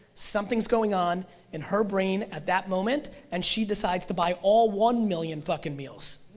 something's going on in her brain at that moment, and she decides to buy all one million fucking meals,